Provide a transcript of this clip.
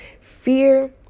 fear